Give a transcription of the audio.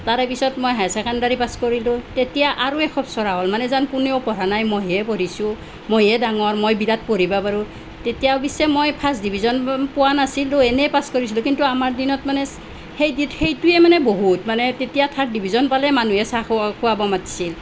তাৰে পিছত মই হায়াৰ চেকণ্ডাৰী পাছ কৰিলোঁ তেতিয়া আৰু এখোপ চৰা হ'ল মানে যেন কোনেও পঢ়া নাই মইহে পঢ়িছোঁ মইহে ডাঙৰ মই বিৰাট পঢ়িব পাৰোঁ তেতিয়াও পিছে মই ফাৰ্ষ্ট ডিভিজন পোৱা নাছিলোঁ এনেই পাছ কৰিছিলোঁ কিন্তু আমাৰ দিনত মানে সেই সেইটোৱে মানে বহুত মানে তেতিয়া থাৰ্ড ডিভিজন পালেই মানুহে চাহ খোৱা খোৱাব মাতিছিল